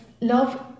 love